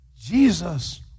Jesus